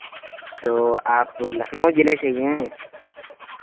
तो आप लखनऊ जिले से ही हैं